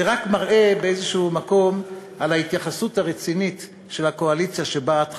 זה רק מראה באיזה מקום על ההתייחסות הרצינית של הקואליציה שבה את חברה.